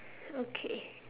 okay